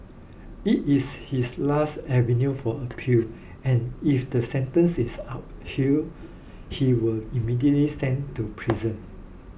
it is his last avenue for appeal and if the sentence is upheld he will immediately sent to prison